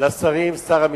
לא אמרת תודה לכל עם